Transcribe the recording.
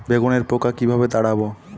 বেগুনের পোকা কিভাবে তাড়াব?